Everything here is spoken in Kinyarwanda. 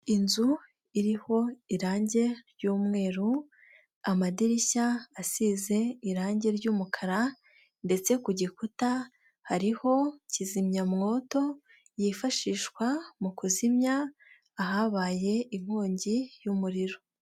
Inzu iriho irange ry'umweru, amadirishya asize irange ry'umukara ndetse ku gikuta hariho kizimyamwoto yifashishwa mu kuzimya ahabaye inkongi y'umuriro.